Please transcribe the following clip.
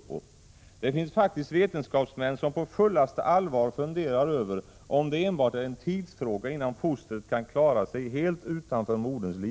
1986/87:19 finns faktiskt vetenskapsmän som på fullaste allvar funderar över om det 5 november 1986 enbart är en tidsfråga innan fostret kan klara sig helt utanför moderns = ge goo